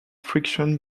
friction